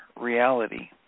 reality